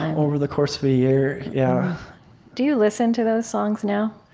ah over the course of a year, yeah do you listen to those songs now?